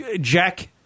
Jack